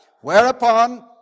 whereupon